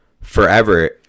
forever